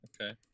okay